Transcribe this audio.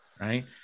right